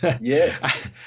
Yes